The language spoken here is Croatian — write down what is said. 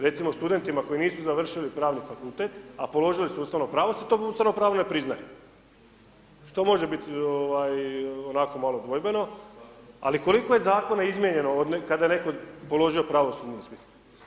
Recimo, studentima koji nisu završili Pravni fakultet, a položili su Ustavno pravo, se to Ustavno pravo ne priznaje, što može bit onako malo dvojbeno, ali koliko Zakona je izmijenjeno kada je netko položio pravosudni ispit?